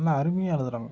ரொம்ப அருமையாக எழுதுகிறாங்க